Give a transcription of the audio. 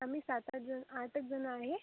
आम्ही सातआठ जण आठ एक जण आहे